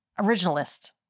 originalist